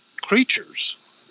creatures